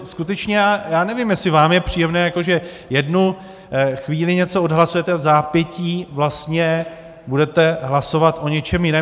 Skutečně já nevím, jestli vám je příjemné, že jednu chvíli něco odhlasujete, a vzápětí vlastně budete hlasovat o něčem jiném.